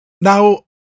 Now